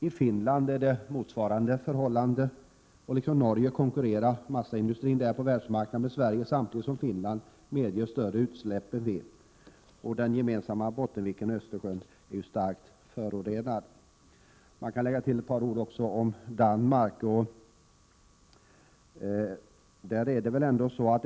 I Finland råder motsvarande förhållanden, och liksom Norge konkurrerar den finländska massaindustrin med den svenska på världsmarknaden samtidigt som Finland medger större utsläpp än vi. De gemensamma vattnen Bottenviken och Östersjön är ju starkt förorenade. Jag kan lägga till ett par ord om Danmark också.